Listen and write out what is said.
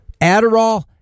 Adderall